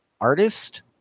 artist